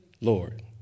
Lord